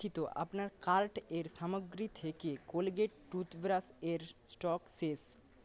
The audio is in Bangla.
দুঃখিত আপনার কার্টের সামগ্রী থেকে কোলগেট টুথব্রাশের স্টক শেষ